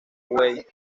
buey